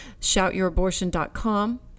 shoutyourabortion.com